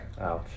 Ouch